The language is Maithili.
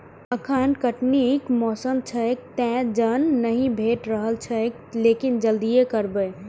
एखन कटनी के मौसम छैक, तें जन नहि भेटि रहल छैक, लेकिन जल्दिए करबै